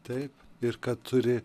taip ir kad turi